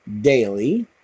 daily